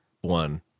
one